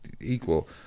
Equal